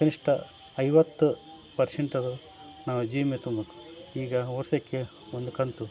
ಕನಿಷ್ಠ ಐವತ್ತು ಪರ್ಶೆಂಟ್ ಅದು ನಾವು ವಿಮೆ ತುಂಬೋಕೆ ಈಗ ವರ್ಷಕ್ಕೆ ಒಂದು ಕಂತು